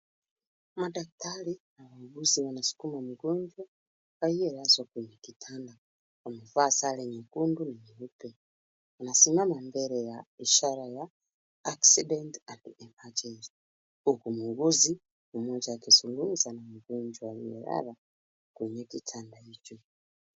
Madaktari na wauguzi wanasukuma mgonjwa aliyelazwa kwenye kitanda. Wamevaa mavazi meupe na nyekundu. Wanasimama mbele ya ishara ya accident and emergency huku muuguzi mmoja akichunguza mgonjwa aliyelala kwenye kitanda hicho.